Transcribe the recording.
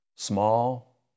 Small